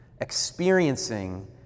experiencing